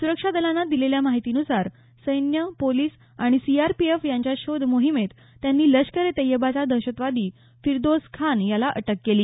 सुरक्षादलानं दिलेल्या माहितीनुसार सैन्य पोलिस आणि सीआरपीएफ यांच्या शोध मोहिमेत त्यांनी लश्कर ए तैय्यबाचा दहशतवादी फिरदौस खान याला अटक केली